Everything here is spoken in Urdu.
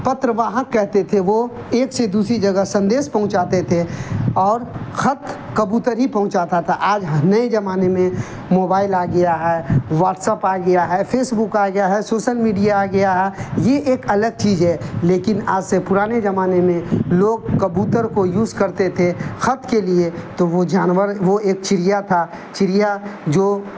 پَتر واہک کہتے تھے وہ ایک سے دوسری جگہ سدیس پہنچاتے تھے اور خط کبوتر ہی پہنچاتا تھا آج نئے زمانے میں موبائل آ گیا ہے واٹسپ آ گیا ہے فیس بک آ گیا ہے سوشل میڈیا آ گیا ہے یہ ایک الگ چیز ہے لیکن آج سے پرانے جمانے میں لوگ کبوتر کو یوز کرتے تھے خط کے لیے تو وہ جانور وہ ایک چڑیا تھا چڑیا جو